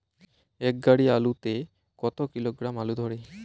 এক গাড়ি আলু তে কত কিলোগ্রাম আলু ধরে?